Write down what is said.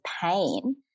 pain